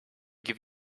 give